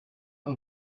aba